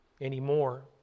anymore